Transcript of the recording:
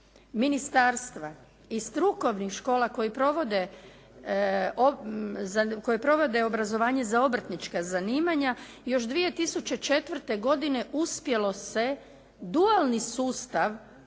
ministarstva i strukovnih škola koje provode obrazovanje za obrtnička zanimanja, još 2004. godine uspjelo se dualni sustav